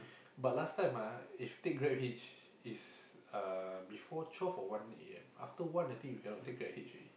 but last time ah if take GrabHitch is uh before twelve or one A_M after one I think you cannot take GrabHitch already